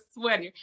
sweater